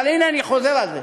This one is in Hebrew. אבל הנה אני חוזר על זה,